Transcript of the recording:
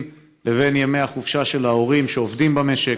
לבין ימי החופשה של ההורים שעובדים במשק.